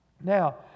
Now